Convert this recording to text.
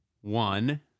One